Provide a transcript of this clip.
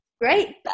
Great